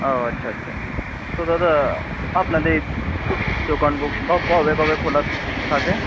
ও আচ্ছা আচ্ছা ও দাদা আপনাদের দোকান কবে কবে খোলা থাকে